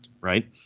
right